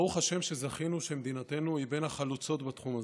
ברוך השם שזכינו שמדינתנו היא מן החלוצות בתחום הזה.